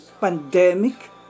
pandemic